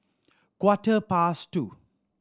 quarter past two